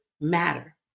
matter